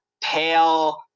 pale